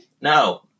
No